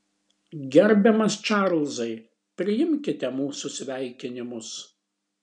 gerbiamas čarlzai priimkite mūsų sveikinimus